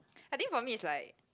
I think for me is like